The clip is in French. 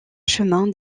chemin